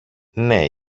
ναι